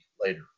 later